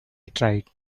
tried